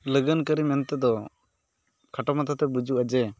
ᱞᱟᱜᱟᱱ ᱠᱟᱨᱤ ᱢᱮᱱᱛᱮ ᱫᱚ ᱠᱷᱟᱴᱚ ᱢᱟᱪᱷᱟᱛᱮ ᱵᱩᱡᱩᱜᱼᱟ ᱡᱮ